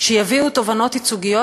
שיביאו תובענות ייצוגיות,